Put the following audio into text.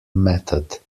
method